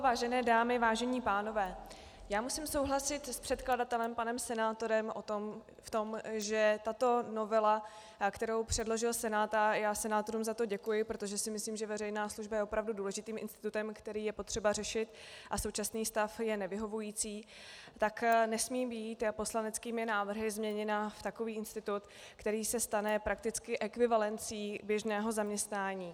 Vážené dámy, vážení pánové, musím souhlasit s předkladatelem panem senátorem v tom, že tato novela, kterou předložil Senát a já senátorům za to děkuji, protože si myslím, že veřejná služba je opravdu důležitým institutem, který je potřeba řešit, a současný stav je nevyhovující , nesmí být poslaneckými návrhy změněna v takový institut, který se stane prakticky ekvivalencí běžného zaměstnání.